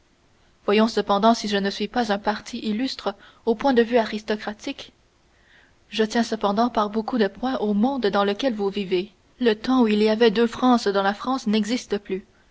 voyons cependant si je ne suis pas un parti illustre au point de vue aristocratique je tiens cependant par beaucoup de points au monde dans lequel vous vivez le temps où il y avait deux frances dans la france n'existe plus